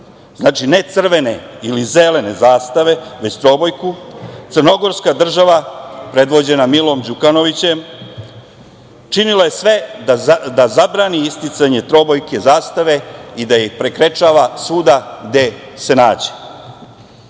znači, ne crvene ili zelene zastave, već trobojku, crnogorska država predvođena Milom Đukanovićem činila je sve da zabrani isticanje trobojke zastave i da ih prekrečava svuda gde se nađe.